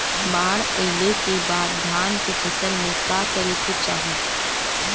बाढ़ आइले के बाद धान के फसल में का करे के चाही?